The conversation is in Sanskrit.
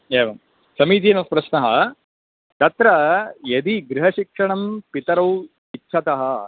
एवं समीचीनः प्रश्नः तत्र यदि गृहशिक्षणं पितरौ इच्छतः